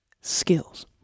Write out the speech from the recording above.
skills